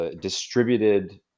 distributed